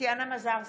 טטיאנה מזרסקי,